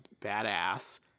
badass